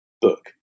book